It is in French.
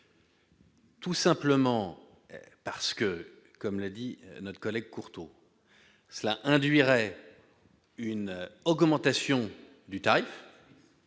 Tout simplement parce que, comme l'a dit notre collègue Courteau cela induirait une augmentation du tarif.